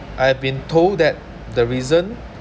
I have been told that the reason